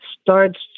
starts